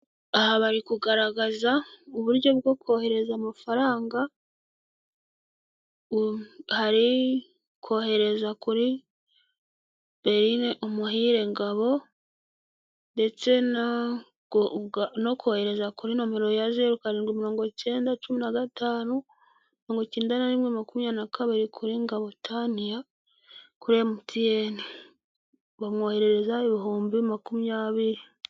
Aha bari kugaragaza uburyo bwo kohereza amafarangahari, hari kohereza kuri Berine Umuhire Ngabo, ndetse no kohereza kuri nomero ya zeru karindwi mirongo icyenda cumi nagatanu mirongo icyenda na rimwe makumyabiri na kabiri, kuri Ngabo Taniya, kuri mtn. Bamwoherereza ibihumbi makumyabiri.